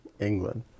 England